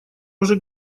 уже